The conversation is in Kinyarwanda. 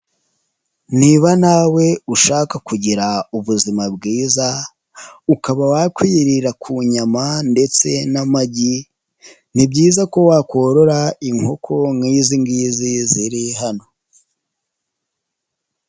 Niba nawe ushaka kugira ubuzima bwiza, ukaba wakwirira ku inyama ndetse n'amagi, ni byiza ko wakorora inkoko nk'izi ngizi ziri hano.